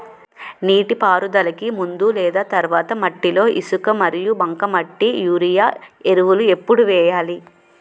నీటిపారుదలకి ముందు లేదా తర్వాత మట్టిలో ఇసుక మరియు బంకమట్టి యూరియా ఎరువులు ఎప్పుడు వేయాలి?